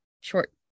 short